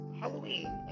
halloween